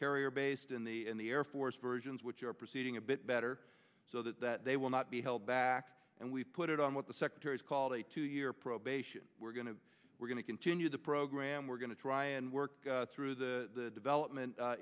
carrier based in the in the air force versions which are proceeding a bit better so that they will not be held back and we put it on what the secretary's called a two year probation we're going to we're going to continue the program we're going to try and work through the development